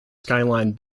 skyline